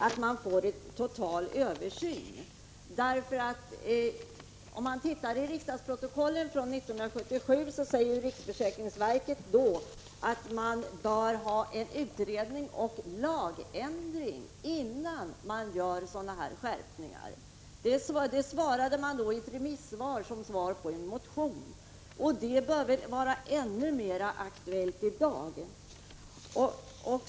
Om vi tittar i ett av riksdagsprotokollen från 1977, finner vi att riksförsäkringsverket då, i ett yttrande över en motion som verket hade fått på remiss, sade att det bör ha gjorts en utredning om lagändring innan man genomför sådana skärpningar som vi nu diskuterar. Det kravet bör vara än mer aktuellt i dag.